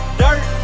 dirt